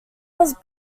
was